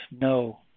no